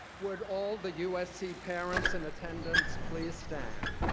would all the usc parents in attendance please stand?